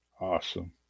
awesome